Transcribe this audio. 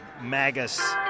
Magus